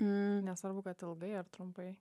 nesvarbu kad ilgai ar trumpai